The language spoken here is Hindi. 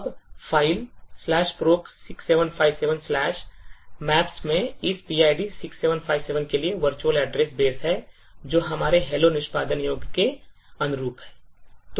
अब फ़ाइल proc 6757 मैप्स में इस PID 6757 के लिए virtual address बेस है जो हमारे hello निष्पादन योग्य के अनुरूप है